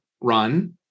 run